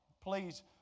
Please